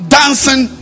dancing